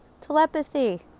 telepathy